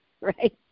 right